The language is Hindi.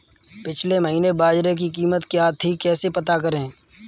पिछले महीने बाजरे की कीमत क्या थी कैसे पता करें?